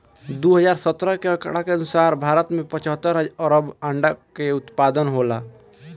दू हज़ार सत्रह के आंकड़ा के अनुसार भारत में पचहत्तर अरब अंडा कअ उत्पादन होला